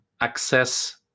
access